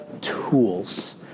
tools